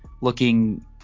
looking